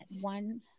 one